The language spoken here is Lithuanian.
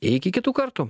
iki kitų kartu